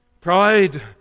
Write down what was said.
Pride